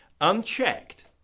unchecked